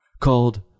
called